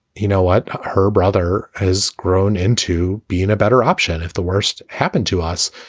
you know what? her brother has grown into being a better option if the worst happened to us.